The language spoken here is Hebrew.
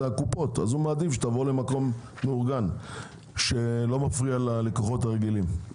הקופות אז הוא מעדיף שתבואו למקום מאורגן שלא מפריע למקומות הרגילים.